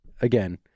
Again